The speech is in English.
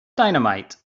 dynamite